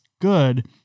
good